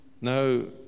no